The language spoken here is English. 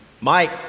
Mike